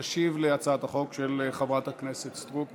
תשיב על הצעת החוק של חברת הכנסת סטרוק.